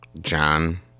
John